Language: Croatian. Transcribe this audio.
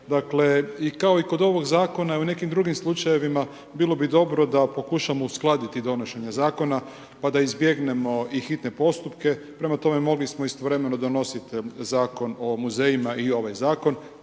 Dakle, kao i kod ovog zakona i u nekim drugim slučajevima, bilo bi dobro da pokušamo uskladiti donošenje zakona pa da izbjegnemo i hitne postupke, prema tome, mogli smo istovremeno donositi Zakon o muzejima i ovaj zakon,